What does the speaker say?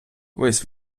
весь